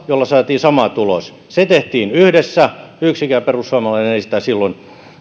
jolla saatiin sama tulos se tehtiin yhdessä yksikään perussuomalainen ei sitä silloin